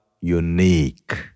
unique